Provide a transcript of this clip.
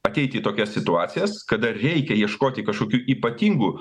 ateiti į tokias situacijas kada reikia ieškoti kažkokių ypatingų